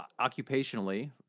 occupationally